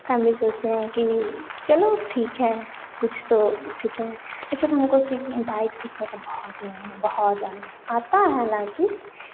तो हम भी सोचते हैं कि चलो ठीक है कुछ तो सीखे जैसे हमको सीख बाइक सीखने का बहुत मन है बहुत ज़्यादा आता है हालाँकि